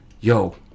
yo